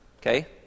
Okay